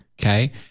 Okay